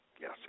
yes